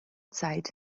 zeit